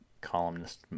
columnist